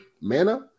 mana